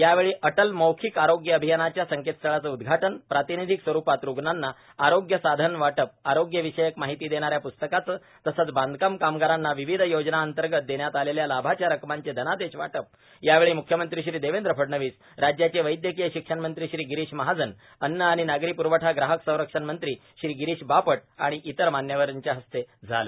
यावेळी अटल मौखिक आरोग्य अभियानाच्या संकेतस्थळाचं उद्घाटन प्रातिनिधीक स्वरूपात रूग्णांना आरोग्य साधनाचं वाटप आरोग्य विषयक माहिती देणाऱ्या पुस्तकांचं तसंच बांधकाम कामगारांना विविध योजनांतर्गत देण्यात आलेल्या लाभाच्या रकमांचे धनादेश वाटप यावेळी मुख्यमंत्री श्री देवेंद्र फडणवीस राज्याचे वैद्यकीय शिक्षण मंत्री श्री गिरीश महाजन अव्न आणि नागरी प्रवठा ग्राहक संरक्षण मंत्री श्री गिरीश बाटप आणि इतर मान्यवरांच्या हस्ते आलं